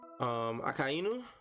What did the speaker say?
akainu